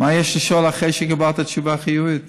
מה יש לשאול אחרי שקיבלת תשובה חיובית?